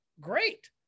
great